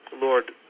Lord